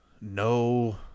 no